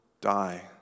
die